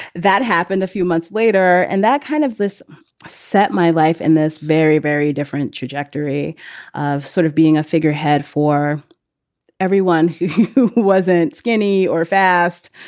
that happened a few months later. and that kind of this set my life and this very, very different trajectory of sort of being a figurehead for everyone who wasn't skinny or fast.